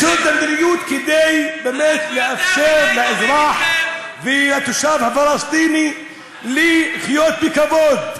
לשנות את המדיניות כדי באמת לאפשר לאזרח ולתושב הפלסטיני לחיות בכבוד,